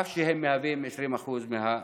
אף שהם 20% מהאזרחים.